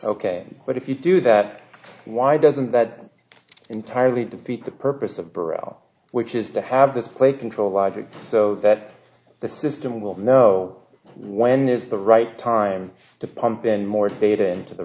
ok but if you do that why doesn't that entirely defeat the purpose of burrell which is to have this play control logic so that the system will know when is the right time to pump in more feed into the